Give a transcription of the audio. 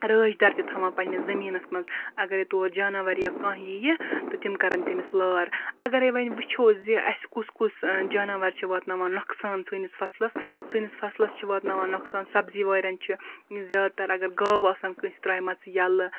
رٲچھ دَر تہِ تھاوا پَننِس زمیٖنَس مَنٛز اَگَر تور جاناوار یا کانٛہہ یِیہِ تہٕ تِم کَرَن تمِس لار اَگَر وۄنۍ وٕچھو زِ اَسہِ کُس کُس جاناوار چھُ واتناوان نوۄقصان سٲنِس فَصلَس سٲنِس فَصلَس چھ واتناوان نۄقصان سَبزی وارٮ۪ن چھ زیاد تَر اَگَر گاوٕ آسَن کٲنٛسہِ تراوِمَژٕ یَلہٕ